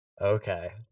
okay